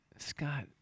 Scott